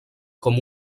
com